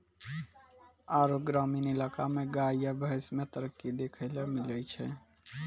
आरु ग्रामीण इलाका मे गाय या भैंस मे तरक्की देखैलै मिलै छै